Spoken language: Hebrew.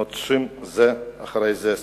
נוטשים זה אחרי זה.